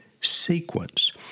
sequence